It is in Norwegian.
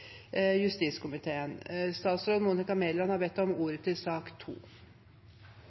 justiskomiteen. Statsråd Monica Mæland har bedt om ordet til sak